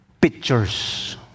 pictures